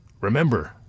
remember